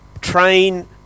train